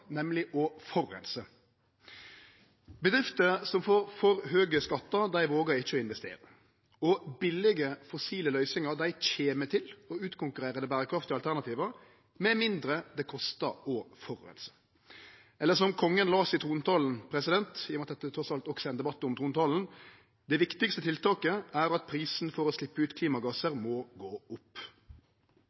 nemleg å forureine. Bedrifter som får for høge skattar, vågar ikkje å investere. Billege fossile løysingar kjem til å utkonkurrere dei berekraftige alternativa med mindre det kostar å forureine. Eller som Kongen las i trontalen – i og med at dette trass alt også er ein debatt om trontalen: «Det viktigste tiltaket er at prisen for å slippe ut klimagasser må gå opp.»